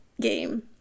game